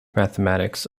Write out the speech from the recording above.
mathematics